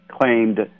claimed